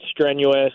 strenuous